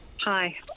Hi